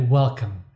welcome